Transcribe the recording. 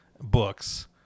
books